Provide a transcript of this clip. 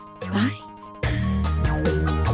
Bye